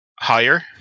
higher